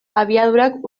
abiadurak